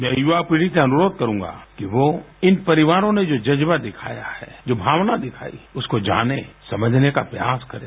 मैं युवा पीढ़ी से अनुरोध करूँगा कि वो इन परिवारों ने जो जज्बा दिखाया है जो भावना दिखायी है उसको जाने समझने का प्रयास करें